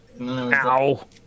Ow